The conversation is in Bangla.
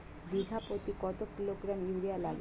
বিঘাপ্রতি কত কিলোগ্রাম ইউরিয়া লাগবে?